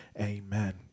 Amen